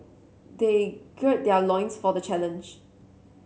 they gird their loins for the challenge